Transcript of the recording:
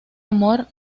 amor